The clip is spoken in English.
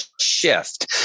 shift